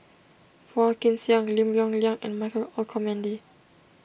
Phua Kin Siang Lim Yong Liang and Michael Olcomendy